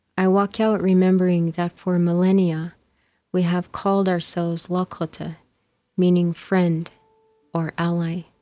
i walk out remembering that for millennia we have called ourselves lakota meaning friend or ally.